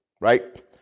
right